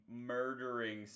murdering